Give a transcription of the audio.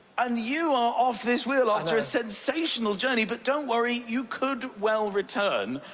and you are off this wheel after a sensational journey, but don't worry you could well return.